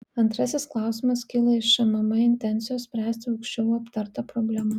antrasis klausimas kyla iš šmm intencijos spręsti aukščiau aptartą problemą